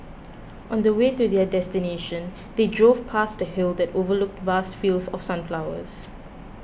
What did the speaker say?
on the way to their destination they drove past a hill that overlooked vast fields of sunflowers